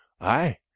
Aye